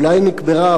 אולי נקברה,